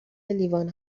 لیوان